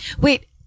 Wait